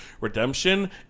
redemption